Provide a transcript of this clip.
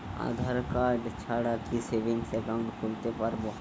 আধারকার্ড ছাড়া কি savings account খুলতে পারব?